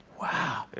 wow.